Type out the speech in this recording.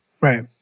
Right